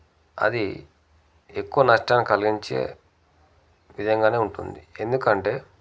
అది ఎక్కువ నష్టం కలిగించే విధంగానే ఉంటుంది ఎందుకంటే